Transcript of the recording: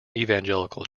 evangelical